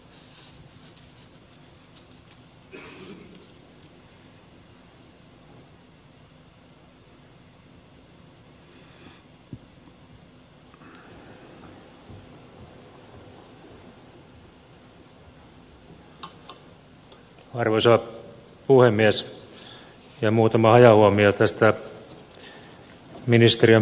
ihan muutama hajahuomio tästä ministeriön pääluokasta